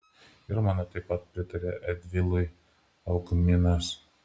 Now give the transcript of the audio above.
ir mano taip pat pritarė erdvilui algminas